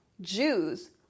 Jews